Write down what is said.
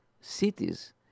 cities